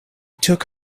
took